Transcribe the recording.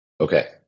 okay